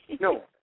No